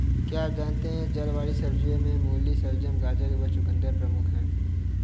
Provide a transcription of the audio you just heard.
क्या आप जानते है जड़ वाली सब्जियों में मूली, शलगम, गाजर व चकुंदर प्रमुख है?